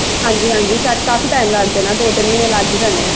ਹਾਂਜੀ ਹਾਂਜੀ ਸੈੱਟ ਕਾਫੀ ਟਾਈਮ ਲੱਗ ਜਾਣਾ ਦੋ ਤਿੰਨ ਮਹੀਨੇ ਲੱਗ ਹੀ ਜਾਣੇ ਆ